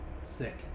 sick